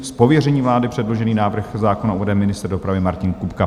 Z pověření vlády předložený návrh zákona uvede ministr dopravy Martin Kupka.